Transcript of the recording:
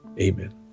Amen